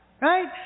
right